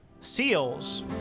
seals